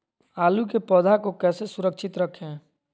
आलू के पौधा को कैसे सुरक्षित रखें?